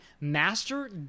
Master